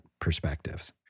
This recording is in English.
perspectives